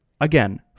again